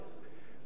אדוני היושב-ראש,